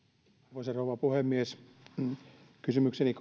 arvoisa rouva puhemies kysymykseni